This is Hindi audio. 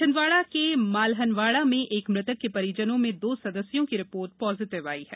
छिन्दवाड़ाके मालहनवाड़ा में एक मृतक के परिजनों में दो सदस्यों की रिपोर्ट पॉजिटिव आई है